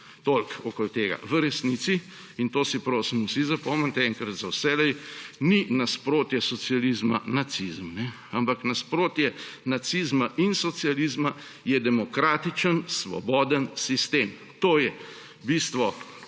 Toliko okoli tega. V resnici, in to si prosim vsi zapomnite enkrat za vselej, ni nasprotje socializma-nacizem, ampak nasprotje nacizma in socializma je demokratičen, svoboden sistem. To je bistvo,